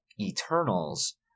Eternals